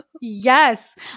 Yes